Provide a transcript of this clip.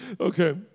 Okay